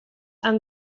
and